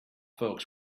folks